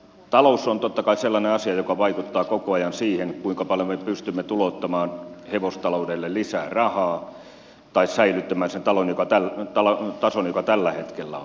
talous on totta kai sellainen asia joka vaikuttaa koko ajan siihen kuinka paljon me pystymme tulouttamaan hevostaloudelle lisää rahaa tai säilyttämään sen tason joka tällä hetkellä on